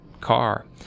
car